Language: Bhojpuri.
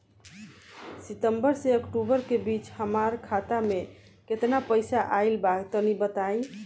सितंबर से अक्टूबर के बीच हमार खाता मे केतना पईसा आइल बा तनि बताईं?